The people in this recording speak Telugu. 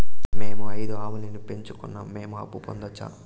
మేము ఐదు ఆవులని పెట్టుకున్నాం, మేము అప్పు పొందొచ్చా